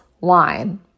wine